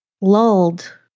lulled